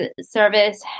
Service